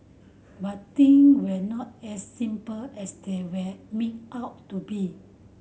but thing were not as simple as they were made out to be